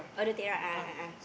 all the thing right a'ah a'ah